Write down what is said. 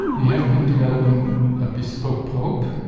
we have been developing a bespoke probe,